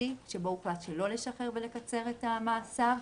שבו הוחלט שלא לשחרר ולקצר את המאסר,